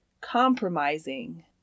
compromising